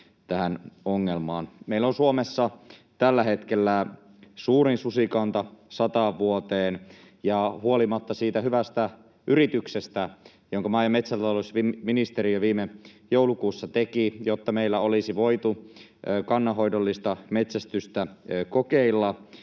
Meillä on Suomessa tällä hetkellä suurin susikanta sataan vuoteen. Huolimatta siitä hyvästä yrityksestä, jonka maa- ja metsätalousministeriö viime joulukuussa teki, jotta meillä olisi voinut kannanhoidollista metsästystä kokeilla,